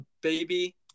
baby